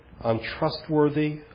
untrustworthy